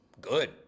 good